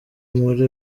muri